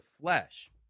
flesh